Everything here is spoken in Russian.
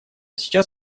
сейчас